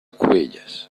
cubelles